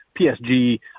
PSG